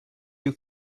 you